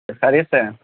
خیریت سے ہیں